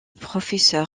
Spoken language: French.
professeur